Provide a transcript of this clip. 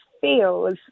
feels